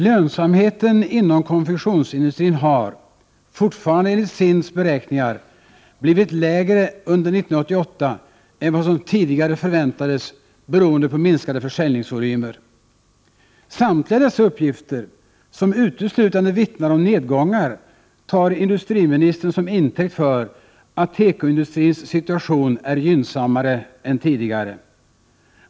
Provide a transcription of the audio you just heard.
Lönsamheten inom konfektionsindustrin har — fortfarande enligt SIND:s beräkningar — blivit lägre under 1988 än vad som tidigare förväntades beroende på minskade försäljningsvolymer. Samtliga dessa uppgifter, som uteslutande vittnade om nedgångar, tar industriministern till intäkt för att tekoindustrins situation är gynnsammare än tidigare.